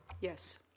Yes